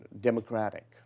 democratic